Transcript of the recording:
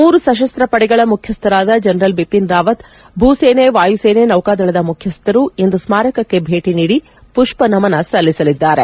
ಮೂರು ಸಶಸ್ತ್ರ ಪಡೆಗಳ ಮುಖ್ಯಸ್ಥರಾದ ಜನರಲ್ ಬಿಪಿನ್ ರಾವತ್ ಭೂ ಸೇನೆ ವಾಯುಸೇನೆ ನೌಕಾದಳದ ಮುಖ್ಯಸ್ಥರು ಇಂದು ಸ್ಮಾರಕಕ್ಕೆ ಭೇಟಿ ನೀಡಿ ಮಷ್ಷ ನಮನ ಸಲ್ಲಿಸಲಿದ್ದಾರೆ